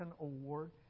award